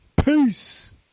Peace